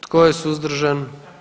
Tko je suzdržan?